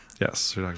yes